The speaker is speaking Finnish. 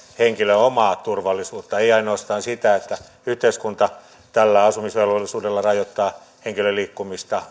henkilön omaa turvallisuutta ei ainoastaan sitä että yhteiskunta tällä asumisvelvollisuudella rajoittaa henkilön liikkumista